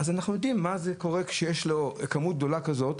אז אנחנו יודעים מה קורה כשיש כמות גדולה כזאת,